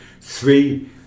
Three